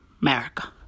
America